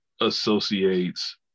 associates